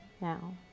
now